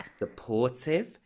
Supportive